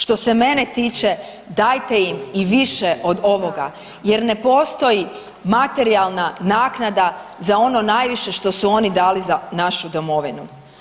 Što se mene tiče dajte im i više od ovoga, jer ne postoji materijalna naknada za ono najviše što su oni dali za našu Domovinu.